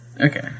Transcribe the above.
Okay